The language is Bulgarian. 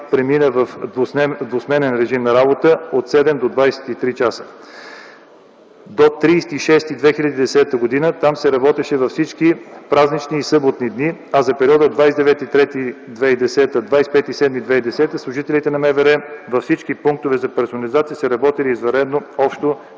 премина в двусменен режим на работа – от 7,00 до 23,00 часа. До 30.06.2010 г. там се работеше във всички празнични и съботни дни, а за периода 29.03.2010 – 25.07.2010 г. служителите на МВР във всички пунктове за персонализация са работили извънредно общо